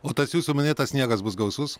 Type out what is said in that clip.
o tas jūsų minėtas sniegas bus gausus